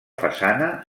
façana